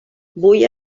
vull